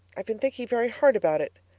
i've been thinking very hard about it.